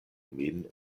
min